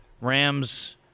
rams